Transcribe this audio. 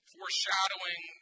Foreshadowing